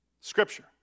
scripture